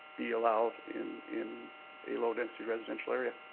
be allowed in in a low-density residential area.